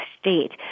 state